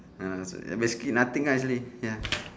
ah so basically nothing ah actually ya